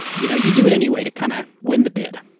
you know you do it anyway to kind of win the bid.